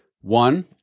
One